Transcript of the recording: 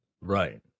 Right